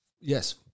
yes